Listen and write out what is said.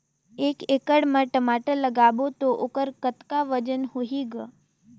एक एकड़ म टमाटर लगाबो तो ओकर कतका वजन होही ग?